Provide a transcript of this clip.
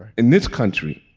in this country.